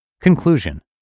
Conclusion